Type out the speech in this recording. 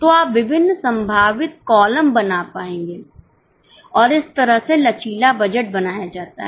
तो आप विभिन्न संभावित कॉलम बनाएंगे और इस तरह से लचीला बजट बनाया जाता है